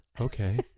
Okay